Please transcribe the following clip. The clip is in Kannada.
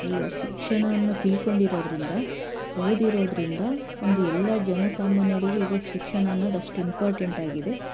ಈ ಶಿಕ್ಷಣವನ್ನು ತಿಳ್ಕೊಂಡಿರೋದರಿಂದ ಓದಿರೋದರಿಂದ ಒಂದು ಎಲ್ಲ ಜನಸಾಮಾನ್ಯರಿಗೂ ಈಗ ಶಿಕ್ಷಣ ಅನ್ನೋದ್ ಅಷ್ಟು ಇಂಪಾರ್ಟೆಂಟ್ ಆಗಿದೆ